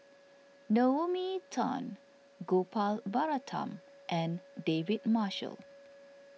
Naomi Tan Gopal Baratham and David Marshall